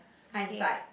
time aside